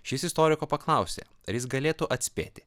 šis istoriko paklausė ar jis galėtų atspėti